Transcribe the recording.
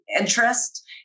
interest